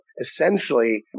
essentially